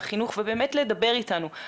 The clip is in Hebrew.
גם במערכת למידה מקוונת איך אנחנו יוצרים מרחב